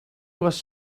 was